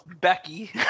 becky